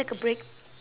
go toilet